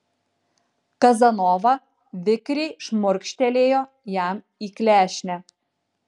kazanova vikriai šmurkštelėjo jam į klešnę